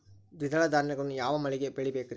ದ್ವಿದಳ ಧಾನ್ಯಗಳನ್ನು ಯಾವ ಮಳೆಗೆ ಬೆಳಿಬೇಕ್ರಿ?